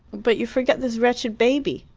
but you forget this wretched baby.